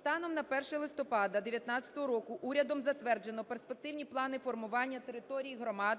Станом на 1 листопада 2019 року урядом затверджено перспективні плани формування територій громад